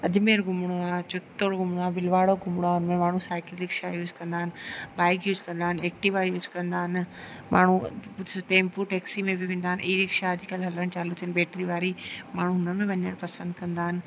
अजमेर घुमिणो आहे चित्तोड़ घुमिणो आहे भीलवाड़ो घुमिणो आहे उन में माण्हू साइकिल रिक्शा यूस कंदा आहिनि बाइक यूस कंदा आहिनि एक्टीवा यूस कंदा आहिनि माण्हू कुझु टेम्पूं टेक्सी में बि वेंदा आहिनि ईरिक्शा अॼुकल्ह हलण चालू थियूं आहिनि बेट्री वारी माण्हू हुन में वञण पसंदि कंदा आहिनि